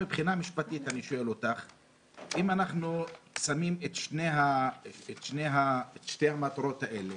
מבחינה משפטית אם אנחנו שמים את שתי המטרות האלה